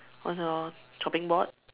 on your chopping board